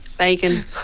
Bacon